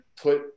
put